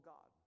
God